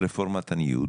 רפורמת הניוד